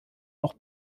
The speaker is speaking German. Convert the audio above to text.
auch